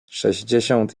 sześćdziesiąt